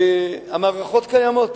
המערכות קיימות,